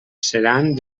seran